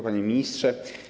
Panie Ministrze!